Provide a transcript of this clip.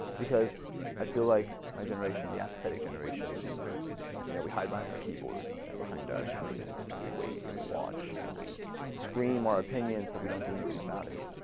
because i feel like my generation, the apathetic generation just you know we hide behind our keyboards and behind our screens and we wait and we watch. and we scream our opinions, but we don't do anything about it.